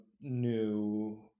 new